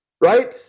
right